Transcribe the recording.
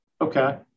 Okay